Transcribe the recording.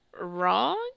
wrong